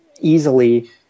easily